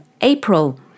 April